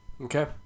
Okay